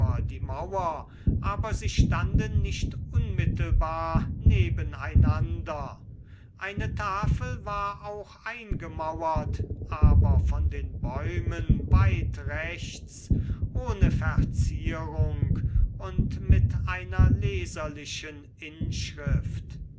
die mauer aber sie standen nicht unmittelbar neben einander eine tafel war auch eingemauert aber von den bäumen weit rechts ohne verzierung und mit einer leserlichen inschrift